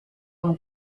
amb